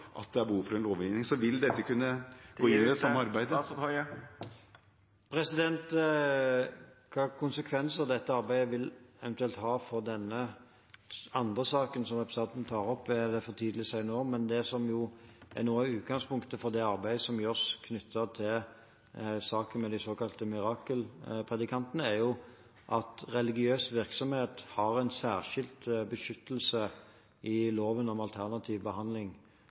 det behov for en lovgivning. Vil dette kunne gå inn i det samme arbeidet? Tida er ute. Hvilke konsekvenser dette arbeidet eventuelt vil ha for denne andre saken som representanten tar opp, er det for tidlig å si noe om, men det som er noe av utgangspunktet for det arbeidet som gjøres knyttet til saken med de såkalte mirakelpredikantene, er at religiøs virksomhet har en særskilt beskyttelse i loven om alternativ behandling.